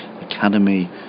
academy